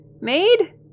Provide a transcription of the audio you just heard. made